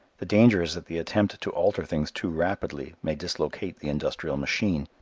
the danger is that the attempt to alter things too rapidly may dislocate the industrial machine.